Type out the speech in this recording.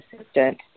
assistant